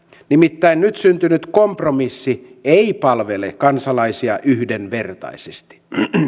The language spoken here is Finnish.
nimittäin nyt syntynyt kompromissi ei palvele kansalaisia yhdenvertaisesti